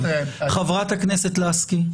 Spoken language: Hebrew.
בוועדות --- חברת הכנסת לסקי?